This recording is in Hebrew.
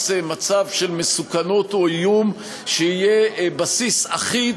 מצב של מסוכנות או איום שיהיה בסיס אחיד,